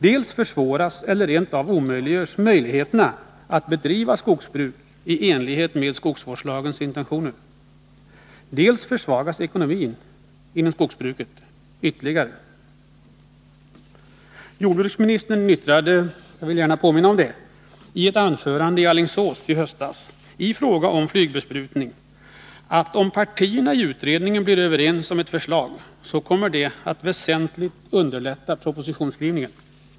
Dels försvåras eller rent av omintetgörs möjligheten att bedriva skogsbruk i enlighet med skogsvårdslagens mening, dels försvagas ekonomin inom skogsbruket ytterligare. Jag vill gärna påminna om vad jordbruksministern i ett anförande i Alingsås i höstas yttrade i fråga om flygbesprutning. Han sade då att om partierna i utredningen blir överens om ett förslag, kommer det att väsentligt underlätta propositionsskrivningen.